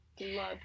Love